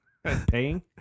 Paying